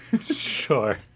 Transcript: Sure